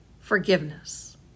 forgiveness